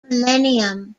millennium